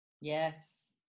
Yes